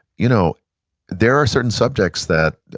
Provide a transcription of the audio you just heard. you know there are certain subjects that